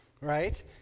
right